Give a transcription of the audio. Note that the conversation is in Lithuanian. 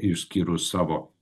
išskyrus savo